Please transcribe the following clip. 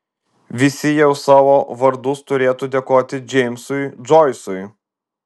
visi jie už savo vardus turėtų dėkoti džeimsui džoisui